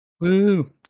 Woo